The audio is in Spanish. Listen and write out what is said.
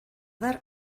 dar